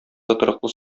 тотрыклы